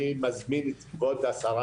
אני מזמין את כבוד השרה,